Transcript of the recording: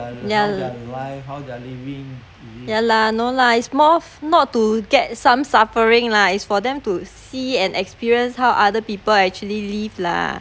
yeah yeah lah no lah it's more of not to get some suffering lah it's for them to see and experience how other people actually live lah